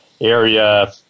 area